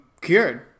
cured